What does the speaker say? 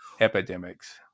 epidemics